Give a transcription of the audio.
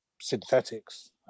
synthetics